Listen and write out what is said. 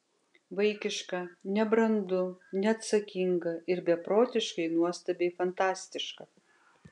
vaikiška nebrandu neatsakinga ir beprotiškai nuostabiai fantastiška